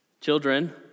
children